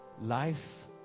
life